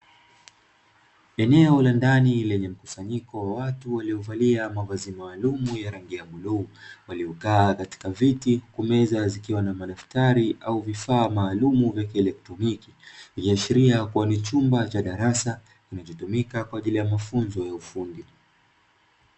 Eneo la ndani lenye mkusanyiko wa watu waliovalia mavazi maalumu ya rangi ya bluu waliokaa katika viti huku meza zikiwa na madaftari au vifaa maalumu vya kielektroniki, ikiashiria kuwa ni chumba cha darasa kinachotumika kwa ajili ya mafunzo ya ufundi.